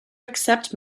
accept